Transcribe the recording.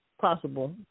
Possible